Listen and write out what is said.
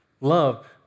love